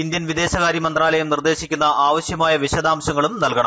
Indian വിദേശകാര്യ മന്ത്രാലയം നിർദ്ദേശിക്കുന്ന ആവശ്യമായ വിശദാംശങ്ങളും നൽകണം